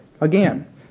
Again